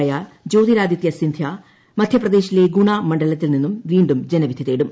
യായ ജ്യോതിരാദിത്യ സിന്ധ്യ മധ്യപ്രദേശിലെ ഗുണാ മണ്ഡലത്തിൽ നിന്നും വീണ്ടും ജനവിധി തേടും